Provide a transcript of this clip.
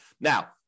Now